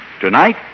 Tonight